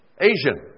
Asian